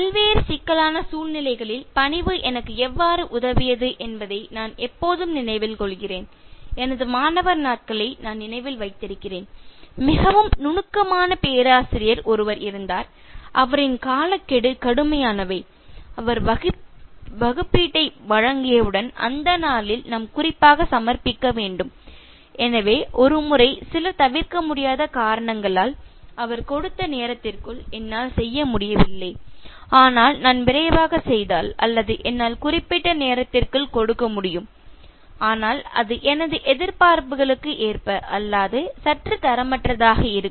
பல்வேறு சிக்கலான சூழ்நிலைகளில் பணிவு எனக்கு எவ்வாறு உதவியது என்பதை நான் எப்போதும் நினைவில் கொள்கிறேன் எனது மாணவர் நாட்களை நான் நினைவில் வைத்திருக்கிறேன் மிகவும் நுணுக்கமான பேராசிரியர் ஒருவர் இருந்தார் அவரின் காலக்கெடு கடுமையானவை அவர் வகுப்பீட்டை வழங்கியவுடன் அந்த நாளில் நாம் குறிப்பாக சமர்ப்பிக்க வேண்டும் எனவே ஒரு முறை சில தவிர்க்க முடியாத காரணங்களால் அவர் கொடுத்த நேரத்திற்குள் என்னால் செய்ய முடியவில்லை ஆனால் நான் விரைவாக செய்தால் என்னால் குறிப்பிட்ட நேரத்திற்குள் கொடுக்க முடியும் ஆனால் அது எனது எதிர்பார்ப்புகளுக்கு ஏற்ப அல்லாது சற்று தரமற்றதாக இருக்கும்